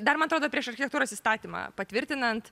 dar man atrodo prieš architektūros įstatymą patvirtinant